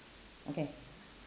okay